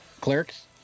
Clerks